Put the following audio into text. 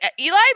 Eli